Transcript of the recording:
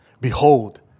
behold